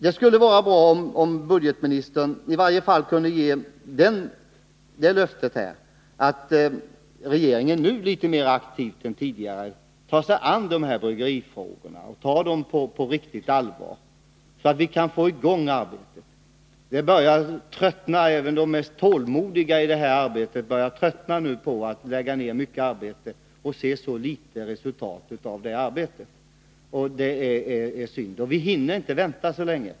Det skulle vara bra om budgetministern i varje fall kunde ge det löftet att regeringen nu mer aktivt än tidigare tar sig an bryggerifrågorna och tar dem riktigt på allvar, så att vi kan få i gång arbetet. Även de mest tålmodiga i den här branschen börjar nu tröttna på att lägga ned mycket arbete och se så litet resultat av det. Det är synd. Vi hinner inte vänta så länge.